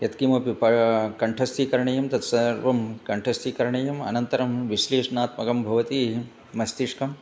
यत्किमपि प कण्ठस्थीकरणीयं तत्सर्वं कण्ठस्थीकरणीयम् अनन्तरं विश्लेषणात्मकं भवति मस्तिष्कम्